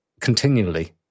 continually